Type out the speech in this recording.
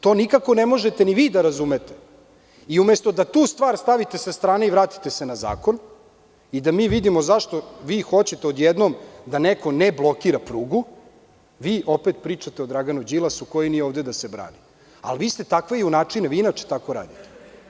To nikako ne možete ni da razumete, i umesto da tu stvar stavite sa strane i vratite se na zakon i da mi vidimo zašto vi hoćete od jednom da neko ne blokira prugu, vi opet pričate o Draganu Đilasu koji nije ovde da se brani, a vi ste takvi, vi inače tako radite.